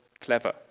clever